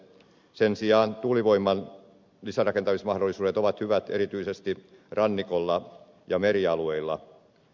sen sijaan tuulivoiman lisärakentamismahdollisuudet ovat hyvät erityisesti rannikolla ja merialueilla